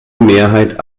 mehrheit